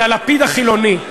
על הלפיד החילוני.